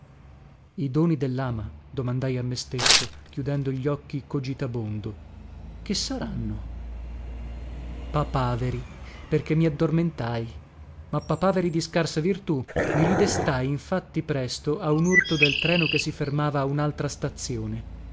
i doni del lama domandai a me stesso chiudendo gli occhi cogitabondo che saranno papaveri perché mi addormentai ma papaveri di scarsa virtù mi ridestai infatti presto a un urto del treno che si fermava a unaltra stazione